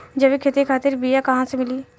जैविक खेती खातिर बीया कहाँसे मिली?